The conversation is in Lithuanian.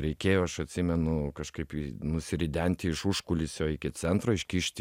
reikėjo aš atsimenu kažkaip nusiridenti iš užkulisio iki centro iškišti